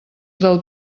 del